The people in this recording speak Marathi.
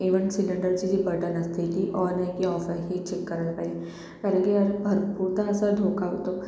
इव्हन सिलेंडरची जी बटन असते ती ऑन आहे की ऑफ आहे हे चेक करायला पाहिजे कारण की भरपूरदा असा धोका होतो